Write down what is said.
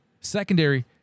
Secondary